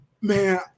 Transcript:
man